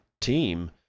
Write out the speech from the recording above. team